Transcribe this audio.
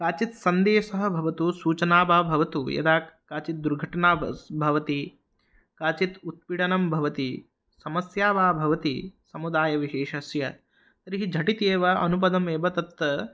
कश्चित् सन्देशः भवतु सूचना वा भवतु यदा काचित् दुर्घटना स् भवति काचित् उत्पीडनं भवति समस्या वा भवति समुदायविशेषस्य तर्हि झटिति एव अनुपदमेव तत्